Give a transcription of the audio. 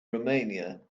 romania